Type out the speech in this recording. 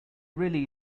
really